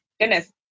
goodness